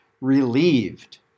relieved